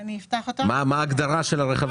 מה ההגדרה של הרכבים?